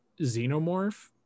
Xenomorph